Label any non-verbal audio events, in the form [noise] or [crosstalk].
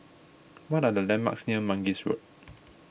what are the landmarks near Mangis Road [noise]